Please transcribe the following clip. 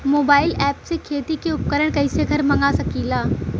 Mobile ऐपसे खेती के उपकरण कइसे घर मगा सकीला?